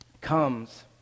comes